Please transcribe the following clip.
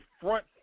front